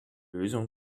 lösung